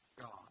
God